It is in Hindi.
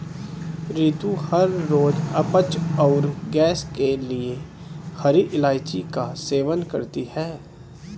रितु हर रोज अपच और गैस के लिए हरी इलायची का सेवन करती है